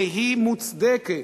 והיא מוצדקת.